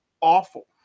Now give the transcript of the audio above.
awful